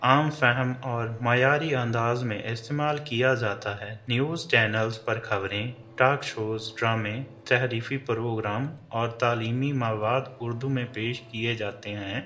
عام فہم اور معیاری انداز میں استعمال کیا جاتا ہے نیوز چینلز پر خبریں ٹاک شوز ڈرامے تحریفی پروگرام اور تعلیمی مواد اردو میں پیش کیے جاتے ہیں